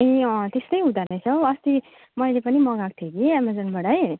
ए अँ त्यस्तै हुँदो रहेछ हौ अस्ति मैले पनि मगाएको थिएँ कि एमाजोनबाटै